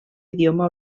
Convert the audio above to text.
idioma